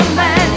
man